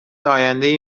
آیندهای